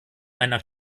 einen